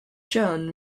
john